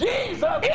Jesus